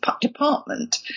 department